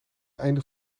einde